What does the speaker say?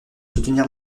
soutenir